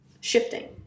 shifting